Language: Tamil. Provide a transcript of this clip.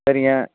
சரிங்க